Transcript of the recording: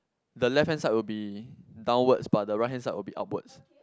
the left hand side will be downwards but the right hand side will be upwards